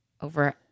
over